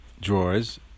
drawers